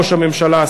ראש הממשלה,